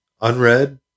unread